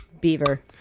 Beaver